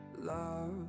love